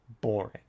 boring